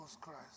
Christ